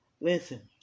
listen